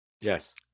Yes